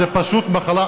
זו פשוט מחלה.